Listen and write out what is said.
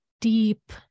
deep